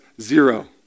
zero